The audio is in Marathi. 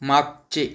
मागचे